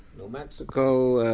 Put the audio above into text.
new mexico